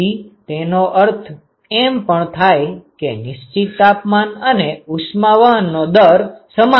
તેથી તેનો અર્થ એમ પણ થાય કે નિશ્ચિત તાપમાન અને ઉષ્મા વહનનો દર સમાન થાય છે